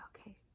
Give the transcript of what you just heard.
Okay